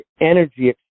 energy